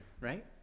right